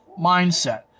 mindset